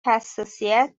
حساسیت